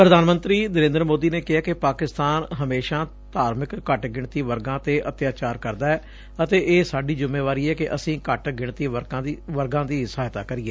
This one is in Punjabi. ਪ੍ਰਧਾਨ ਮੰਤਰੀ ਨਰੇਦਰ ਮੋਦੀ ਨੇ ਕਿਹੈ ਕਿ ਪਾਕਿਸਤਾਨ ਹਮੇਸ਼ਾ ਧਾਰਮਿਕ ਘੱਟ ਗਿਣਤੀ ਵਰਗਾ ਤੇ ਅਤਿਆਚਾਰ ਕਰਦਾ ਏ ਅਤੇ ਇਹ ਸਾਡੀ ਜੁੰਮੇਵਾਰੀ ਏ ਕਿ ਅਸੀਂ ਘੱਟ ਗਿਣਤੀ ਵਰਗਾਂ ਦੀ ਸਹਾਇਤਾ ਕਰੀਏ